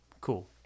cool